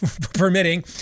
Permitting